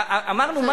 תצלצל, אתה תצלצל.